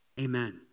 Amen